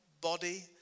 body